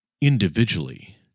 individually